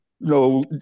no